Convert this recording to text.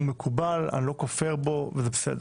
הוא מקובל, אני לא כופר בו, זה בסדר.